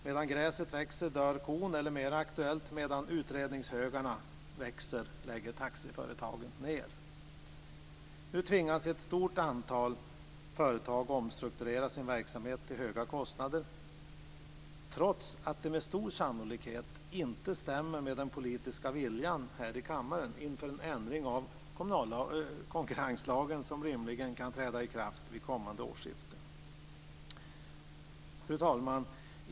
Medan gräset växer dör kon, eller mer aktuellt, medan utredningshögarna växer lägger taxiföretagen ned. Nu tvingas ett stort antal företag omstrukturera sin verksamhet till höga kostnader, trots att det med stor sannolikhet inte stämmer med den politiska viljan här i kammaren inför en ändring av konkurrenslagen som rimligen kan träda i kraft vid kommande årsskifte. Fru talman!